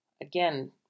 Again